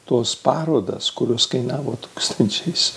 tos parodas kurios kainavo tūkstančiais